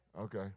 Okay